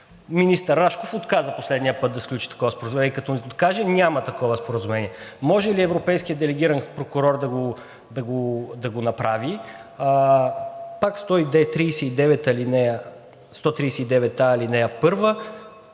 Министър Рашков отказа последния път да сключи такова споразумение и като откаже, няма такова споразумение. Може ли европейският делегиран прокурор да го направи? Пак в чл. 139а,